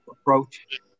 approach